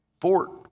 Fort